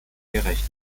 gerecht